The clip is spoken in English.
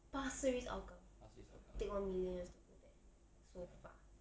pasir ris hougang take one million years to go there so far